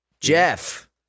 Jeff